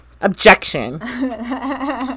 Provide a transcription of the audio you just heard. Objection